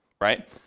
right